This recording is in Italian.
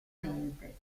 mente